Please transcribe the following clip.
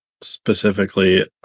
specifically